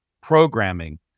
programming